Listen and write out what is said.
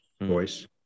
voice